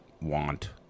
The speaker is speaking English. want